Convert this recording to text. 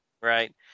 right